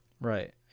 right